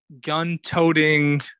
gun-toting